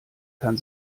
kann